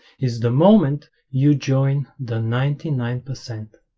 is the moment you join the ninety nine percent